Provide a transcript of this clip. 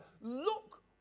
look